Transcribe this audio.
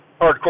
hardcore